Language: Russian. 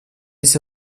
есть